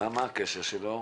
מה הקשר שלי?